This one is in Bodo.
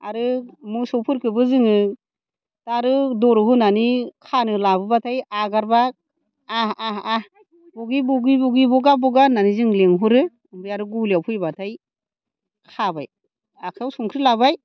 आरो मोसौफोरखौबो जोङो दारौ दरग होनानै खानो लाबोबाथाय आगारबा आ आ आ ब'गि ब'गि ब'गि बगा बगा होन्नानै जों लेंहरो ओमफ्राय आरो गलियाव फैबाथाय खाबाय आखाइयाव संख्रि लाबाय